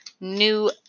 new